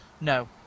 No